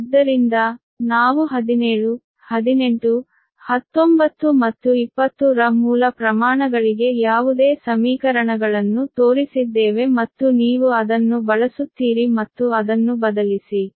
ಆದ್ದರಿಂದ ನಾವು 1718 19 ಮತ್ತು 20 ರ ಮೂಲ ಪ್ರಮಾಣಗಳಿಗೆ ಯಾವುದೇ ಸಮೀಕರಣಗಳನ್ನು ತೋರಿಸಿದ್ದೇವೆ ಮತ್ತು ನೀವು ಅದನ್ನು ಬಳಸುತ್ತೀರಿ ಮತ್ತು ಅದನ್ನು ಬದಲಿಸಿ